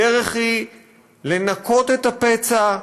הדרך היא לנקות את הפצע,